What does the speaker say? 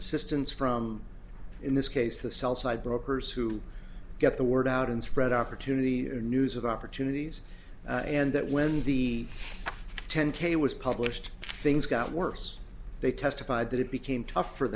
assistance from in this case the sell side brokers who get the word out and spread opportunity or news of opportunities and that when the ten k was published things got worse they testified that it became tough for